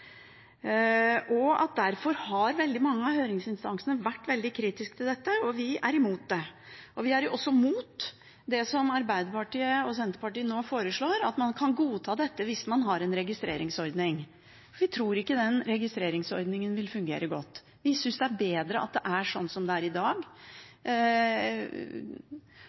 flere rettssaker. Derfor har veldig mange av høringsinstansene vært veldig kritisk til dette, og vi er imot det. Vi er også imot det som Arbeiderpartiet og Senterpartiet nå foreslår, at man kan godta dette hvis man har en registreringsordning. Vi tror ikke en registreringsordning vil fungere godt. Vi synes det er bedre at det er sånn som i dag,